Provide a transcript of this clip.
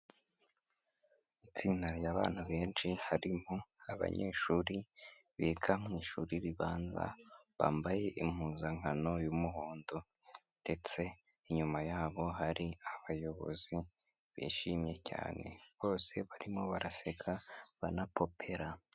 Itsinda ry'abantu benshi harimo abanyeshuri biga mu ishuri ribanza, bambaye impuzankano y'umuhondo ndetse inyuma yabo hari abayobozi bishimye cyane, bose barimo baraseka banapopera.